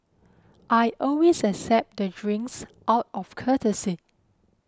I always accept the drinks out of courtesy